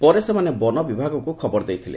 ପରେ ସେମାନେ ବନ ବିଭାଗକୁ ଖବର ଦେଇଥିଲେ